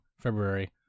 February